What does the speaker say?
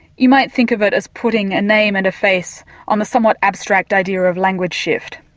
you might think of it as putting a name and a face on the somewhat abstract idea of language shift.